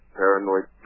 paranoid